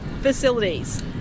facilities